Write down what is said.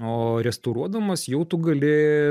o restauruodamas jau tu gali